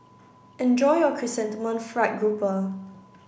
enjoy your chrysanthemum fried grouper